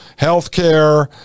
healthcare